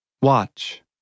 Watch